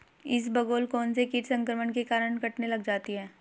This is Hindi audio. इसबगोल कौनसे कीट संक्रमण के कारण कटने लग जाती है?